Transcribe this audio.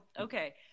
okay